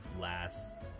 last